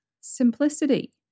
simplicity